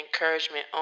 encouragement